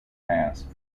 passed